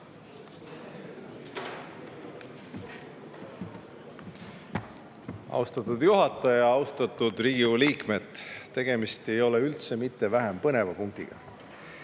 Austatud juhataja! Austatud Riigikogu liikmed! Tegemist ei ole üldse mitte vähem põneva punktiga.